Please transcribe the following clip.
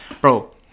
Bro